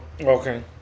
Okay